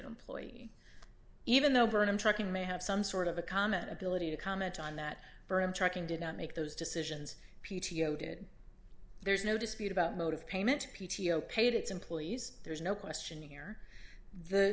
employee even though burnam trucking may have some sort of a comment ability to comment on that firm trucking did not make those decisions p t o did there's no dispute about mode of payment p t o paid its employees there's no question here the